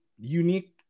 unique